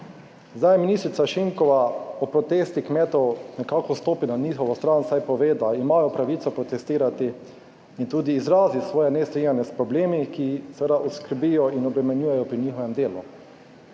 Ministrica Šinko o protestih kmetov nekako stopi na njihovo stran, saj pove, da imajo pravico protestirati in tudi izraziti svoje nestrinjanje s problemi, ki jih seveda oskrbijo in obremenjujejo pri njihovem delu.